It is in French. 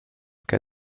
cas